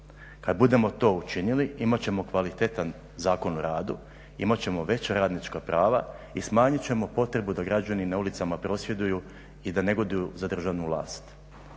Kad budemo to učinili, imat ćemo kvalitetan Zakon o radu, imat ćemo veća radnička prava i smanjit ćemo potrebu da građani na ulicama prosvjeduju i da negoduju za državnu vlast